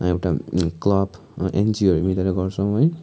एउटा क्लब एनजिओहरू मिलेर गर्छौँ है